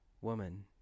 Woman